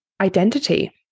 identity